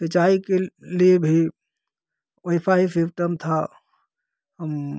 सिंचाई के लिए भी वैसा ही सिस्टम था हम